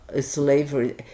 slavery